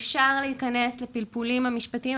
אפשר להיכנס לפלפולים המשפטיים,